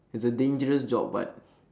it's a dangerous job but